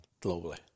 globally